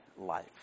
life